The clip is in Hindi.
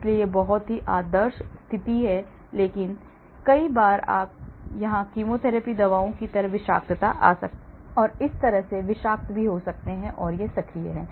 इसलिए यह बहुत ही आदर्श स्थिति है लेकिन कई बार आप यहाँ कीमोथेरेपी दवाओं की तरह विषाक्तता आ सकते हैं और इस तरह से विषाक्त भी हो सकते हैं और यह सक्रिय है